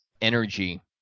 energy